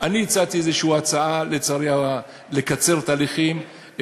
אני הצעתי איזו הצעה לקצר תהליכים,